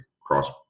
cross